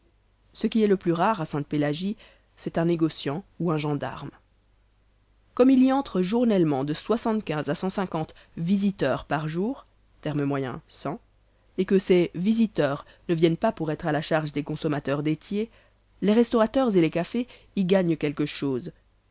ce qui est le plus rare à sainte-pélagie c'est un négociant ou un gendarme comme il y entre journellement de soixante-quinze à cent cinquante visiteurs par jour terme moyen cent et que ces visiteurs ne viennent pas pour être à la charge des consommateurs dettiers les restaurateurs et les cafés y gagnent quelque chose